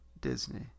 Disney